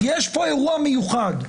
יש פה אירוע מיוחד,